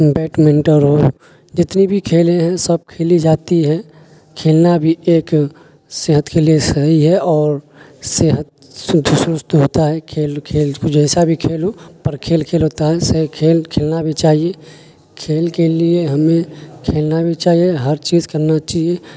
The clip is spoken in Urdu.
بیڈمنٹن ہو جتنی بھی کھیلیں ہیں سب کھیلی جاتی ہے کھیلنا بھی ایک صحت کے لیے صحیح ہے اور صحت ہوتا ہے کھیل کھیل کو جیسا بھی کھیل ہو پر کھیل کھیل ہوتا ہے ویسے ہی کھیل کھیلنا بھی چاہیے کھیل کے لیے ہمیں کھیلنا بھی چاہیے ہر چیز کرنا چاہیے